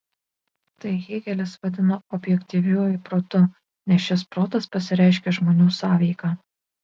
tai hėgelis vadina objektyviuoju protu nes šis protas pasireiškia žmonių sąveika